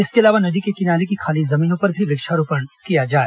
इसके अलावा नदी किनारे की खाली जमीनों पर भी वृक्षारोपण किया जाए